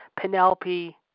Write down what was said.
Penelope